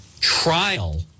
trial